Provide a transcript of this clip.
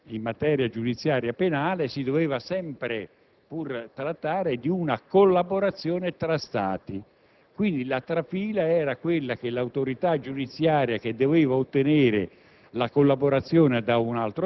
di collaborazione in materia giudiziaria penale si doveva sempre trattare di una collaborazione tra Stati: la trafila era che l'autorità giudiziaria che doveva ottenere